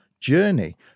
journey